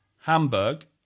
Hamburg